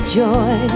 joy